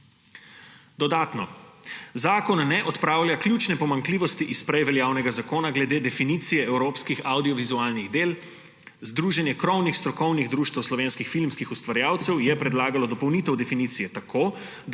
Dodatno. Zakon ne odpravlja ključne pomanjkljivosti iz prej veljavnega zakona glede definicije evropskih avdiovizualnih del. Združenje krovnih strokovnih društev slovenskih filmskih ustvarjalcev je predlagalo dopolnitev definicije, tako